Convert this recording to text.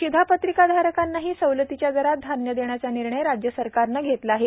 शिधापत्रिकाधारकांनाही सवलतीच्या दरात धान्य देण्याचा निर्णय राज्य सरकारनं घेतला आहे